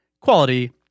quality